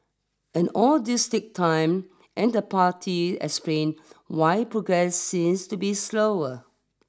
and all this take time and the party explain why progress seems to be slower